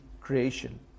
creation